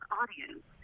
audience